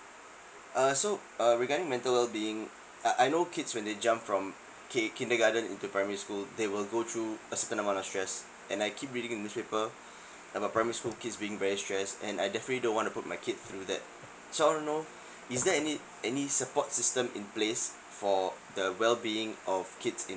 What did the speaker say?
uh so uh regarding mental being uh I know kids when they jump from k~ kindergarten into primary school they will go through a certain amount of stress and I keep reading in the newspaper about primary school kids being very stress and I definitely don't wanna put my kid through that so I wanna know is there any any support system in place for the well being of kids in